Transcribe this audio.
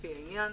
לפי העניין,